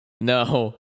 no